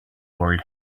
world